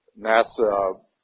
NASA